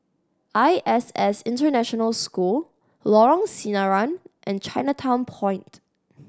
I S S International School Lorong Sinaran and Chinatown Point